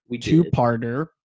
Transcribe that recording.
Two-parter